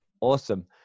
Awesome